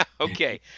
okay